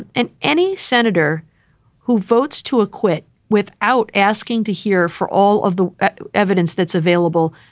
and any senator who votes to acquit without asking to hear for all of the evidence that's available,